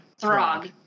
Throg